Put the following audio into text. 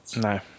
No